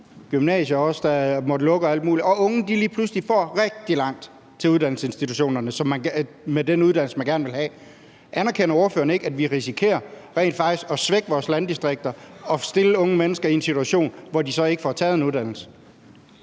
gymnasier, der må lukke, og alt muligt – og de unge lige pludselig får rigtig langt til uddannelsesinstitutionerne, altså til den uddannelse, de gerne vil have, så risikerer vi rent faktisk at svække vores landdistrikter og stille unge mennesker i en situation, hvor de ikke får taget en uddannelse?